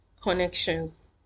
connections